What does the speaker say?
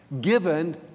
given